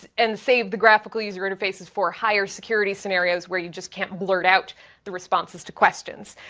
and save the graphical user interfaces for higher security scenarios, where you just can't blurt out the responses to questions.